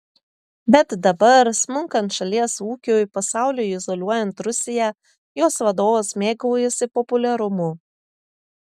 bet dabar smunkant šalies ūkiui pasauliui izoliuojant rusiją jos vadovas mėgaujasi populiarumu